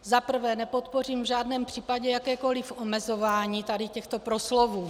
Za prvé nepodpořím v žádném případě jakékoliv omezování těchto proslovů.